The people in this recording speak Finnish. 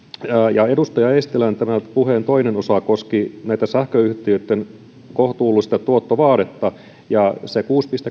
edustaja eestilän puheen toinen osa koski sähköyhtiöitten kohtuullista tuottovaadetta se kuusi